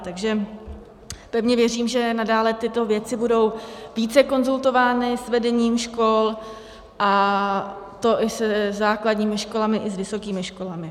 Takže pevně věřím, že nadále tyto věci budou více konzultovány s vedením škol, a to i se základními školami, i s vysokými školami.